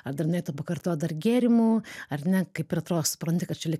ar dar norėtų pakartot dar gėrimų ar ne kaip ir atrodo supranti kad čia lyg